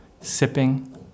sipping